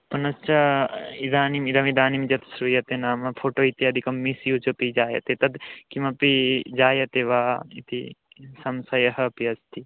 पुनश्च इदानीम् इदमिदानीं यत् श्रूयते नाम फ़ोटो इत्यादिकं मिस्यूज् अपि जायते तद् किमपि जायते वा इति संशयः अपि अस्ति